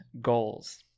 goals